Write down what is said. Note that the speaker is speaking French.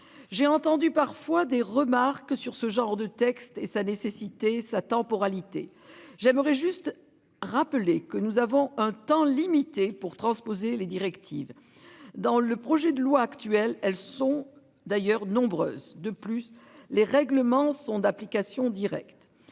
J'ai entendu parfois des remarques sur ce genre de texte et sa nécessité sa temporalité. J'aimerais juste rappeler que nous avons un temps limité pour transposer les directives. Dans le projet de loi actuelle. Elles sont d'ailleurs nombreuses. De plus les règlements sont d'application directe,